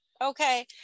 okay